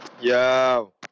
Yo